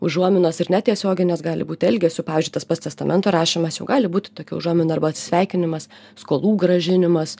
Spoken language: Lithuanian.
užuominos ir netiesioginės gali būt elgesiu pavyzdžiui tas pats testamento rašymas jau gali būti tokia užuomina arba atsisveikinimas skolų grąžinimas